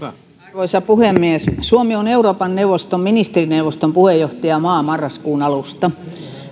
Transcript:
arvoisa puhemies suomi on euroopan neuvoston ministerikomitean puheenjohtajamaa marraskuun alusta